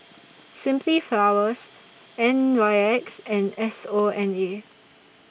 Simply Flowers N Y X and S O N A